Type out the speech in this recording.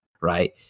right